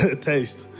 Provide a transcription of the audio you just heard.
Taste